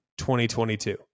2022